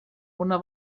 una